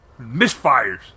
Misfires